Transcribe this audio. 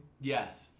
Yes